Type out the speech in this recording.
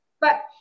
But-